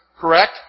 correct